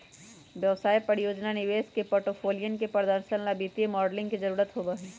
व्यवसाय, परियोजना, निवेश के पोर्टफोलियन के प्रदर्शन ला वित्तीय मॉडलिंग के जरुरत होबा हई